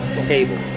table